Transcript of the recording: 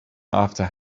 after